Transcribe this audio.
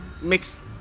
mix